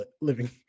living